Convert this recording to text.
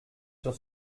sur